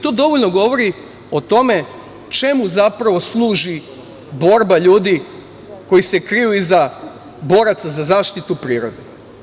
To dovoljno govori o tome čemu zapravo služi borba ljudi koji se kriju iza boraca za zaštitu prirode.